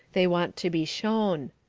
they want to be shown.